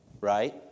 right